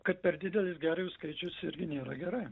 kad per didelis gervių skaičius irgi nėra gerai